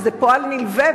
שזה פועל יוצא,